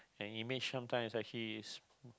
and image sometime is actually